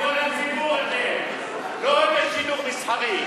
לא רק שידור מסחרי,